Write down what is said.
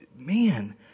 man